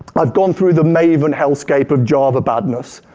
i've gone through the maven hellscape of java badness.